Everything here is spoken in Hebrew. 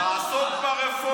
שמענו אותך.